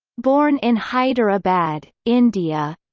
born in hyderabad, india.